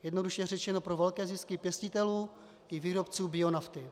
Jednoduše řečeno, pro velké zisky pěstitelů i výrobců bionafty.